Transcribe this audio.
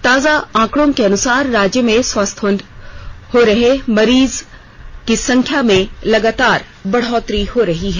ताजा आंकड़ों के अनुसार राज्य में स्वस्थ हो रहे मरीजों की संख्या में लगातार बढ़ोतरी हो रही है